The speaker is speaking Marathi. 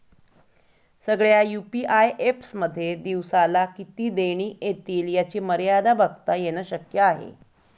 सगळ्या यू.पी.आय एप्स मध्ये दिवसाला किती देणी एतील याची मर्यादा बघता येन शक्य आहे